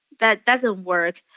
that doesn't work.